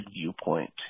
viewpoint